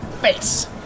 Face